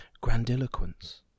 grandiloquence